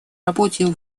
работе